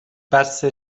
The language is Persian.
بسه